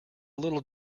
little